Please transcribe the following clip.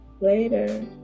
Later